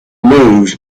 moves